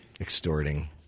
extorting